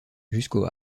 jusqu’au